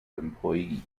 employee